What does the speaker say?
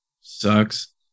sucks